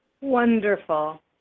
wonderful